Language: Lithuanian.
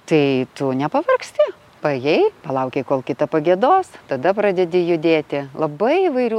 tai tu nepavargsti paėjai palaukei kol kita pagiedos tada pradedi judėti labai įvairių